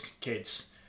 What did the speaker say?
kids